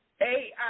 AI